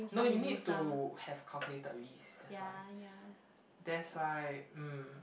no you need to have calculated mean that's why that's why um